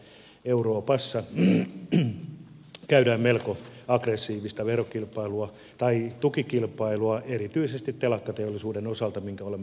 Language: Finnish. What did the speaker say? ja euroopassa käydään melko aggressiivista tukikilpailua erityisesti telakkateollisuuden osalta minkä olemme huomanneet